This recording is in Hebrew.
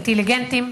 אינטליגנטים,